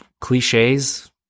cliches